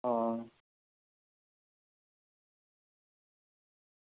हां